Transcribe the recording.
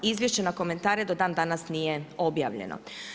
Izvješće na komentare do dan danas nije objavljeno.